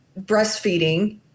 breastfeeding